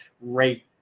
rate